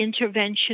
intervention